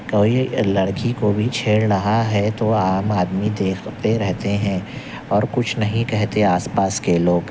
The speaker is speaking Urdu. کوئی لڑکی کو بھی چھیڑ رہا ہے تو عام آدمی دیکھتے رہتے ہیں اور کچھ نہیں کہتے آس پاس کے لوگ